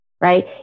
right